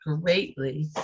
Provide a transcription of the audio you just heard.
greatly